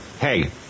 Hey